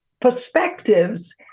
perspectives